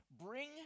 Bring